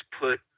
put